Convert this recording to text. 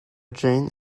jane